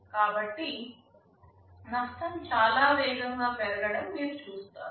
కాబట్టి నష్టం చాలా వేగంగా పెరగటం మీరు చూస్తారు